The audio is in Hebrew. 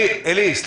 המיקוד